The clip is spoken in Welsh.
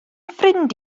ffrind